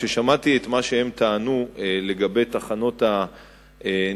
כששמעתי את מה שהם טענו לגבי תחנות הניטור,